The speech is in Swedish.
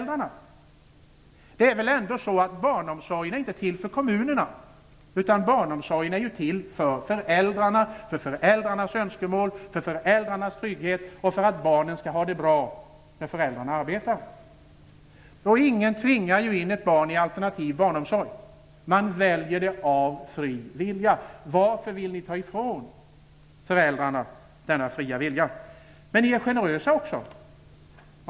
Det är väl ändå så att barnomsorgen inte är till för kommunerna, utan den är till för föräldrarna, för deras önskemål, för deras trygghet och för att barnen skall ha det bra när föräldrarna arbetar. Ingen tvingar in ett barn i alternativ barnomsorg. Man väljer det av fri vilja. Varför vill ni ta ifrån föräldrarna denna fria vilja? Men ni är generösa också.